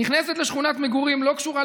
נכנסת לשכונת מגורים שלא קשורה לרכבת,